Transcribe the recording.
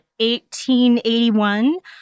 1881